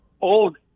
old